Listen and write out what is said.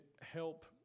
help